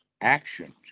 actions